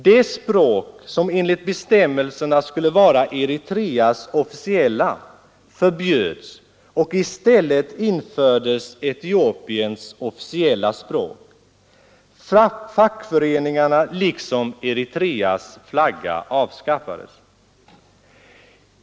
Det språk som enligt bestämmelserna skulle vara Eritreas officiella förbjöds, och i stället infördes Etiopiens officiella språk. Fackföreningarna liksom Eritreas flagga avskaffades.